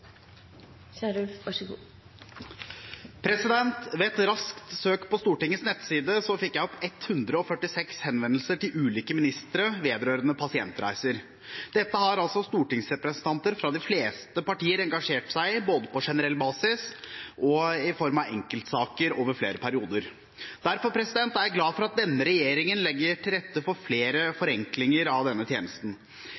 Ved et raskt søk på Stortingets nettside fikk jeg opp 146 henvendelser til ulike ministre vedrørende pasientreiser. Dette har altså stortingsrepresentanter fra de fleste partier engasjert seg i, både på generell basis og i form av enkeltsaker over flere perioder. Derfor er jeg glad for at denne regjeringen legger til rette for flere forenklinger av denne tjenesten.